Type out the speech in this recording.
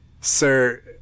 sir